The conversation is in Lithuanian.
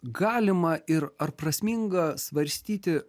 galima ir ar prasminga svarstyti